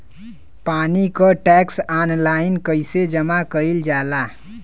पानी क tax online कईसे जमा कईल जाला?